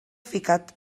ficat